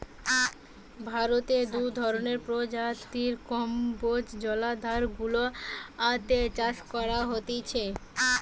ভারতে দু ধরণের প্রজাতির কম্বোজ জলাধার গুলাতে চাষ করা হতিছে